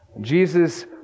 Jesus